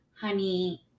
honey